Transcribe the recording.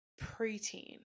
preteen